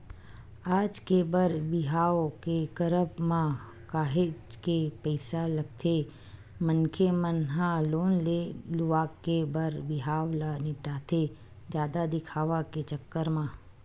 आज के बर बिहाव के करब म काहेच के पइसा लगथे मनखे मन ह लोन ले लुवा के बर बिहाव ल निपटाथे जादा दिखावा के चक्कर म